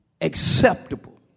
Acceptable